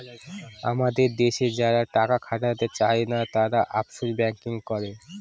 আমাদের দেশে যারা টাকা খাটাতে চাই না, তারা অফশোর ব্যাঙ্কিং করে